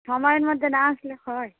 সময়ের মধ্যে না আসলে হয়